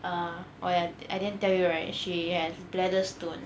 err oh ya I didn't tell you right she has bladder stone